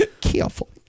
Careful